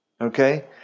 okay